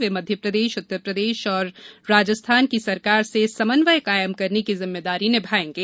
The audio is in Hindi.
वे मध्यप्रदेश उत्तरप्रदेश और राजस्थान की सरकार से समन्वय कायम करने की जिम्मेदारी निभाएंगे